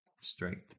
Strength